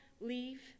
leave